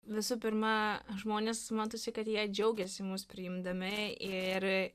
visų pirma žmonės matosi kad jie džiaugiasi mus priimdami ir